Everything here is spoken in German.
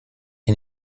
die